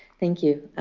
thank you.